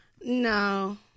no